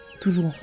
toujours